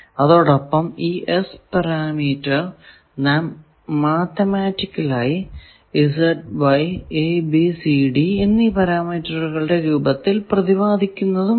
അതോടൊപ്പം ഈ S parameter നാം മാത്തമറ്റിക്കൽ ആയി Z Y a b c d എന്നീ പരാമീറ്ററുകളുടെ രൂപത്തിൽ പ്രതിപാദിക്കുന്നതുമാണ്